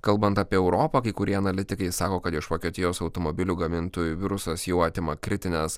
kalbant apie europą kai kurie analitikai sako kad iš vokietijos automobilių gamintojų virusas jau atima kritines